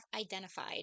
identified